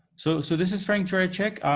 so so this is frank turecek.